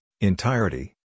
entirety